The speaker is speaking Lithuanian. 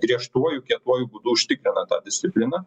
griežtuoju kietuoju būdu užtikrina tą discipliną